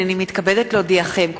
הנני מתכבדת להודיעכם,